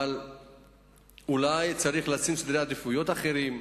אבל אולי צריך לקבוע סדרי עדיפויות אחרים,